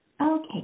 Okay